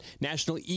National